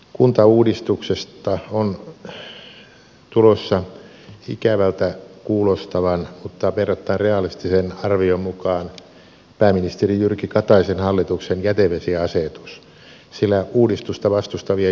kuntauudistuksesta on tulossa ikävältä kuulostavan mutta verrattain realistisen arvion mukaan pääministeri jyrki kataisen hallituksen jätevesiasetus sillä uudistusta vastustavien joukko on valtaisa